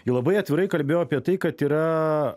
ji labai atvirai kalbėjo apie tai kad yra